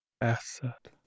asset